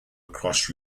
across